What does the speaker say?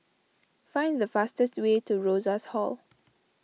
find the fastest way to Rosas Hall